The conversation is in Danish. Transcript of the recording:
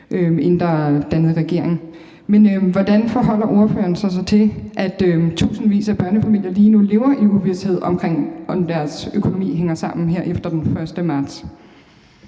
inden der er dannet regering. Men hvordan forholder ordføreren sig så til, at tusindvis af børnefamilier lige nu lever i uvished omkring, om deres økonomi hænger sammen her efter den 1. marts?